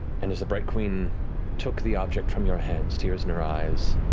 and as the bright queen took the object from your hands, tears in her eyes,